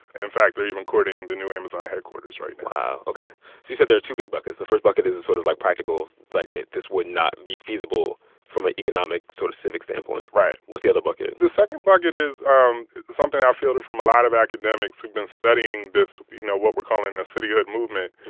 in fact, they're even courting the new amazon headquarters right now wow. ok. so you said there are two big buckets. the first bucket is a sort of, like, practical, like, this would not be feasible from an economic sort of civic standpoint right what's the other bucket? the second bucket is um something i fielded from a lot of academics who've been studying this, you know, what we're calling a cityhood movement,